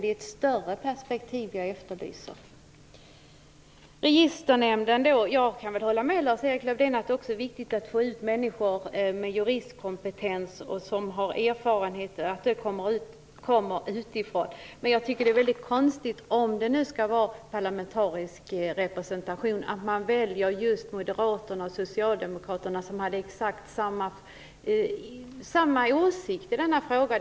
Det är alltså ett större perspektiv som jag här efterlyser. Sedan några ord om Registernämnden. Jag kan väl hålla med Lars-Erik Lövdén om att det är viktigt att få in människor utifrån som har juristkompetens och erfarenheter. Det är dock väldigt konstigt, om det nu skall vara en parlamentarisk representation, att man väljer just Moderaterna och Socialdemokraterna. De har ju exakt samma åsikter i denna fråga.